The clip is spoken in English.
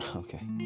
okay